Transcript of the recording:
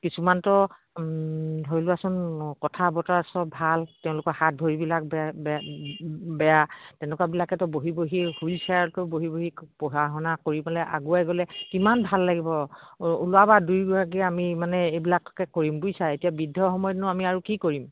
কিছুমানতো ধৰি লোৱাচোন কথা বতৰা চব ভাল তেওঁলোকৰ হাত ভৰিবিলাক বেয়া বেয়া বেয়া তেনেকুৱাবিলাকেতো বহি বহি হুইলচেয়াৰতে বহি বহি পঢ়া শুনা কৰি পেলাই আগুৱাই গ'লে কিমান ভাল লাগিব ওলাবা দুইগৰাকীয়ে আমি মানে এইবিলাকে কৰিম বুইছা এতিয়া বৃদ্ধ সময়তনো আমি আৰু কি কৰিম